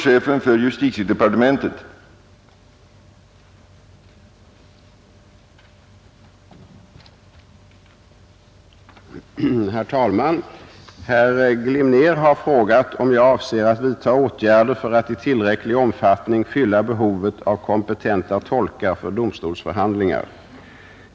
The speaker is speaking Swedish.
Herr talman! Herr Glimnér har frågat om jag avser att vidta åtgärder för att i tillräcklig omfattning fylla behovet av kompetenta tolkar för domstolsförhandlingar.